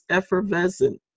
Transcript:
Effervescent